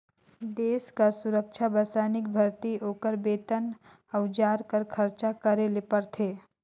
देस कर सुरक्छा बर सैनिक भरती, ओकर बेतन, अउजार कर खरचा करे ले परथे